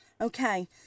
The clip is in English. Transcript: Okay